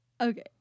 Okay